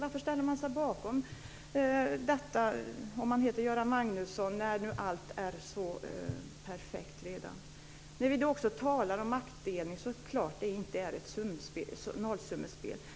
Varför ställer man sig bakom detta om man heter Göran Magnusson när nu allt redan är så perfekt? När vi talar om maktdelning så är det klart att det inte är ett nollsummespel.